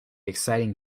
exciting